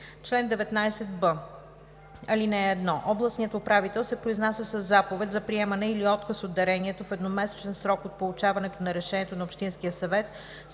Чл. 196. (1) Областният управител се произнася със заповед за приемане или отказ от дарението в едномесечен срок от получаването на решението на общинския съвет